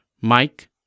Mike